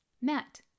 met